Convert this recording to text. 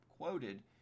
quoted